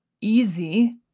easy